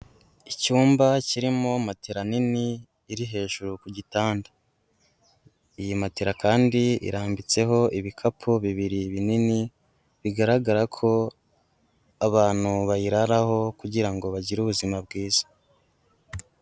Icyumba kirimo matera nini iri hejuru ku gitanda, iyi matera kandi irambitseho ibikapu bibiri binini bigaragara ko abantu bayiraraho kugira ngo bagire ubuzima bwiza.